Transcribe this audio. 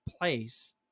place